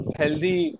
healthy